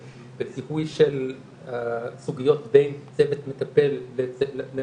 בזיהוי של הסוגיות בין צוות מטפל למטופלים,